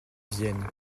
vienne